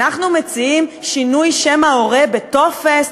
אנחנו מציעים שינוי שם ההורה בטופס,